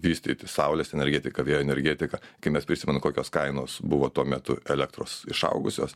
vystyti saulės energetiką vėjo energetiką kai mes prisimenu kokios kainos buvo tuo metu elektros išaugusios